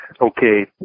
Okay